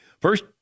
first